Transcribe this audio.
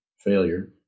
failure